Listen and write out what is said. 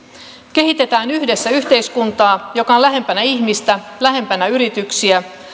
kehitetään yhdessä yhteiskuntaa joka on lähempänä ihmistä lähempänä yrityksiä